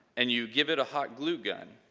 and you give it a hot glue gun,